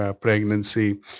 pregnancy